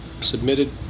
Submitted